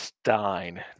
Stein